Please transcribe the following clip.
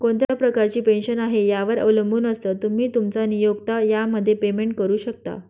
कोणत्या प्रकारची पेन्शन आहे, यावर अवलंबून असतं, तुम्ही, तुमचा नियोक्ता यामध्ये पेमेंट करू शकता